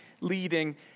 leading